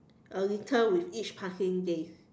a little with each passing days